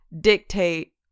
dictate